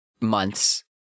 months